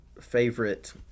favorite